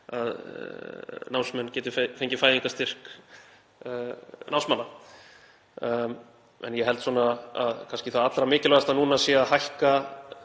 að námsmenn geti fengið fæðingarstyrk námsmanna. Ég held að það allra mikilvægasta núna sé að hækka